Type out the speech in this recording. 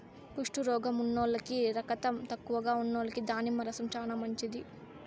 కుష్టు రోగం ఉన్నోల్లకి, రకతం తక్కువగా ఉన్నోల్లకి దానిమ్మ రసం చానా మంచిది